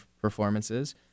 performances